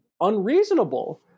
unreasonable